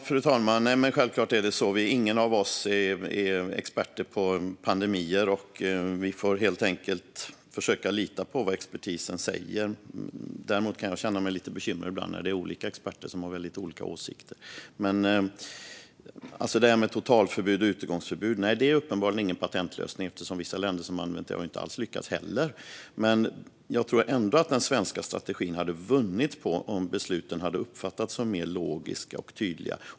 Fru talman! Självklart är det så att ingen av oss är expert på pandemier, utan vi får helt enkelt försöka lita på vad expertisen säger. Däremot kan jag känna mig lite bekymrad ibland när olika experter har väldigt olika åsikter. Totalförbud och utegångsförbud är uppenbarligen ingen patentlösning, för vissa länder som har använt det har inte heller lyckats. Men jag tror ändå att den svenska strategin hade vunnit på om människor hade uppfattat besluten som mer logiska och tydliga.